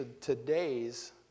today's